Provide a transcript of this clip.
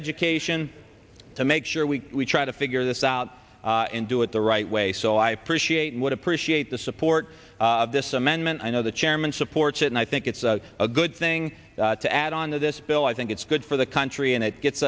education to make sure we try to figure this out and do it the right way so i appreciate and would appreciate the support of this amendment i know the chairman supports it and i think it's a good thing to add on this bill i think it's good for the country and it gets